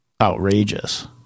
outrageous